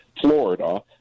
Florida